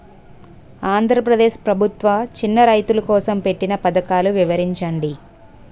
ఆంధ్రప్రదేశ్ ప్రభుత్వ చిన్నా రైతుల కోసం పెట్టిన పథకాలు వివరించండి?